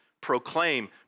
proclaim